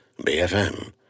BFM